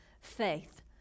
faith